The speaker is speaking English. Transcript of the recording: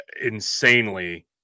insanely